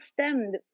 stemmed